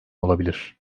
olabilir